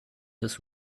his